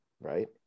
right